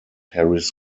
harris